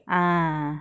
ah